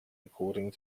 according